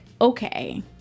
okay